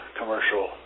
commercial